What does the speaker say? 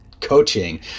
Coaching